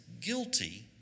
guilty